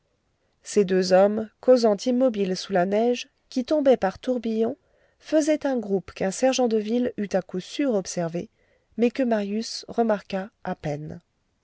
ces deux hommes causant immobiles sous la neige qui tombait par tourbillons faisaient un groupe qu'un sergent de ville eût à coup sûr observé mais que marius remarqua à peine